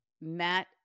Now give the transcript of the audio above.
Matt